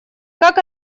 как